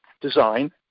design